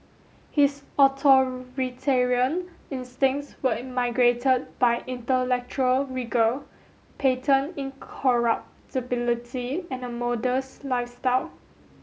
his authoritarian instincts were immigrated by intellectual rigour patent incorruptibility and a modest lifestyle